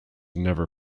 never